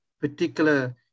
particular